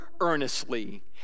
earnestly